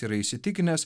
yra įsitikinęs